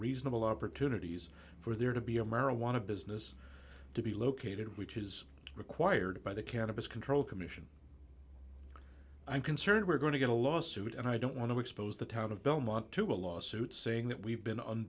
reasonable opportunities for there to be a marijuana business to be located which is required by the cannabis control commission i'm concerned we're going to get a lawsuit and i don't want to expose the town of belmont to a lawsuit saying that we've been